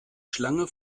schlange